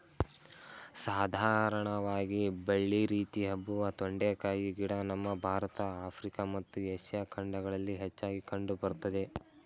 ಸಾಧಾರಣವಾಗಿ ಬಳ್ಳಿ ರೀತಿ ಹಬ್ಬುವ ತೊಂಡೆಕಾಯಿ ಗಿಡ ನಮ್ಮ ಭಾರತ ಆಫ್ರಿಕಾ ಮತ್ತು ಏಷ್ಯಾ ಖಂಡಗಳಲ್ಲಿ ಹೆಚ್ಚಾಗಿ ಕಂಡು ಬರ್ತದೆ